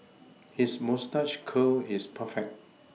his moustache curl is perfect